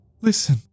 Listen